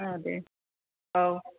ओ दे औ